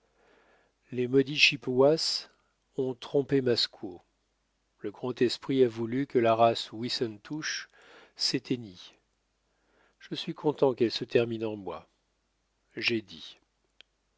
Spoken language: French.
les maudits chippewas ont trompé ma squaw le grand esprit a voulu que la race wiss en tush s'éteignît je suis content qu'elle se termine en moi j'ai dit